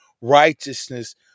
righteousness